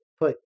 put